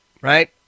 right